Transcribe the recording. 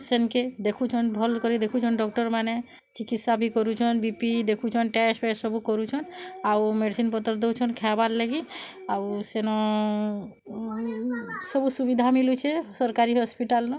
ସେନ୍କେ ଦେଖୁଛନ୍ ଭଲ୍କରି ଦେଖୁଛନ୍ ଡକ୍ଟରମାନେ ଚିକିତ୍ସା ବି କରୁଛନ୍ ବି ପି ଦେଖୁଛନ୍ ଟେଷ୍ଟ୍ ଫେଷ୍ଟ୍ ସବୁ କରୁଛନ୍ ଆଉ ମେଡିସିନ୍ ପତର୍ ଦଉଛନ୍ ଖାଏବାର୍ ଲାଗି ଆଉ ସେନୁ ସବୁ ସୁବିଧା ମିଲୁଛେ ସରକାରୀ ହସ୍ପିଟାଲ୍ନୁ